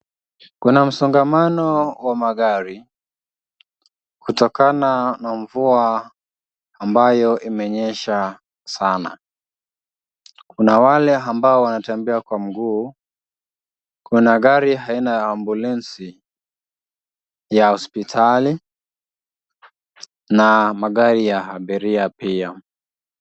Kuna msongamano wa magari kutokana na mvua ambayo imenyesha sana. Kuna wale ambao wanatembea kwa mguu. Kuna gari aina ya ambulensi ya hospitali na magari ya abiria pia.